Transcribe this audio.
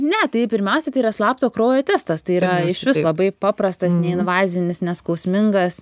ne tai pirmiausia tai yra slapto kraujo testas tai yra išvis labai paprastas neinvazinis neskausmingas